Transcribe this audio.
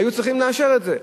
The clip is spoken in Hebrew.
שהיו צריכים לאשר את זה.